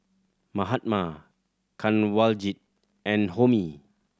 Mahatma Kanwaljit and Homi